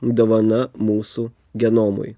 dovana mūsų genomui